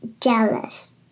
Jealous